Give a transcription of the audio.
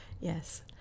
Yes